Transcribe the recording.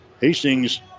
Hastings